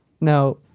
now